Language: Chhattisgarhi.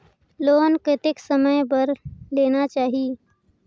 लोन कतेक समय बर लेना चाही?